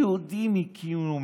היהודים הקימו מדינה.